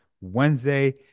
Wednesday